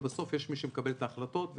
ובסוף יש מי שמקבל את ההחלטות,